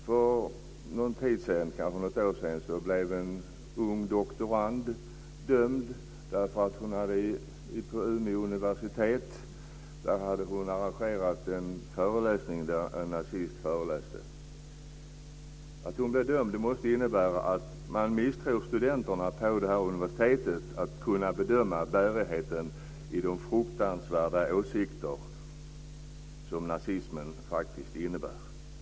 För en tid sedan, kanske något år sedan, blev en ung doktorand dömd därför att hon på Umeå universitet hade arrangerat en föreläsning där en nazist föreläste. Att hon blev dömd måste innebära att man misstror studenterna på det här universitetet när det gäller att kunna bedöma bärigheten i de fruktansvärda åsikter som nazismen faktiskt innebär.